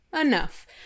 enough